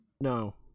No